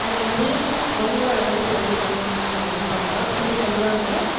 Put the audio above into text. அதுமாதிரி அவுங்களும் அதுமாதிரி சொல்லித் தருவாங்கன்னு எதிர் பாக்கிறோம் சொல்லித் தருவாங்க